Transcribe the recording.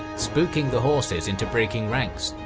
spooking the horses into breaking ranks.